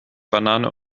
banane